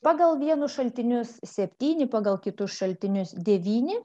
pagal vienus šaltinius septyni pagal kitus šaltinius devyni